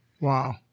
Wow